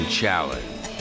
challenge